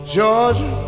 Georgia